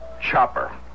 Chopper